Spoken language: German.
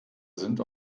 sind